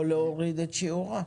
או להוריד את שיעורה.